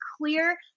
clear